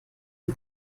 von